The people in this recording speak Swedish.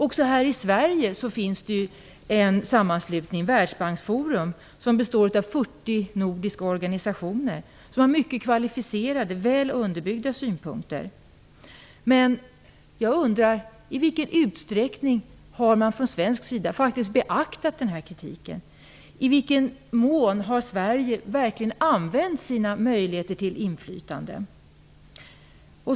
Även här i Sverige finns en sammanslutning, Världsbanksforum, som består av 40 nordiska organisationer som har mycket kvalificerade, väl underbyggda synpunkter. Jag undrar i vilken utsträckning man från svensk sida faktiskt har beaktat den här kritiken. I vilken mån har Sverige verkligen använt sina möjligheter till inflytande?